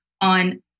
on